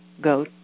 go